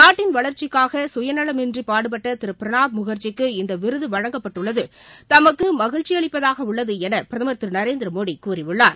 நாட்டின் வளர்ச்சிக்காக சுயநலமின்றி பாடுபட்ட திரு பிரணாப் முகர்ஜிக்கு இந்த விருது வழங்கப்பட்டுள்ளது தமக்கு மகிழ்ச்சியளிப்பதாக உள்ளது என பிரதமர் திரு நரேந்திர மோடி கூறியுள்ளார்